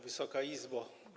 Wysoka Izbo!